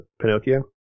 Pinocchio